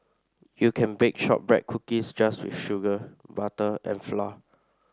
you can bake shortbread cookies just with sugar butter and flour